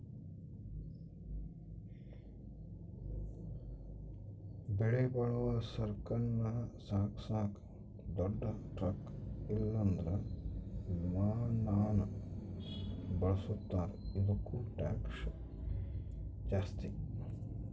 ಬೆಲೆಬಾಳೋ ಸರಕನ್ನ ಸಾಗಿಸಾಕ ದೊಡ್ ಟ್ರಕ್ ಇಲ್ಲಂದ್ರ ವಿಮಾನಾನ ಬಳುಸ್ತಾರ, ಇದುಕ್ಕ ಟ್ಯಾಕ್ಷ್ ಜಾಸ್ತಿ